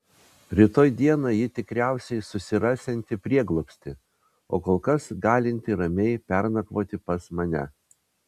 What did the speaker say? rytoj dieną ji tikriausiai susirasianti prieglobstį o kol kas galinti ramiai pernakvoti pas mane